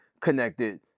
connected